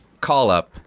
call-up